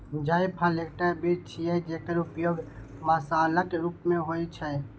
जायफल एकटा बीज छियै, जेकर उपयोग मसालाक रूप मे होइ छै